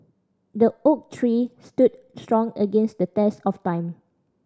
the oak tree stood strong against the test of time